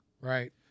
Right